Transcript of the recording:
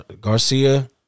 Garcia